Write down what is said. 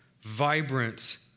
vibrant